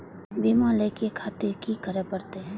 बीमा लेके खातिर की करें परतें?